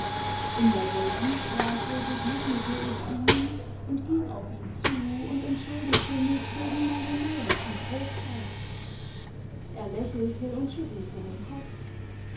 in der bellevuestraße begegnete ich ihm und ging auf ihn zu und entschuldigte mich wegen meiner neulichen grobheit r lächelte und schüttelte den kopf